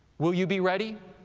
will you be ready?